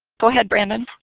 go ahead, brandon.